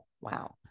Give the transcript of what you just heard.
wow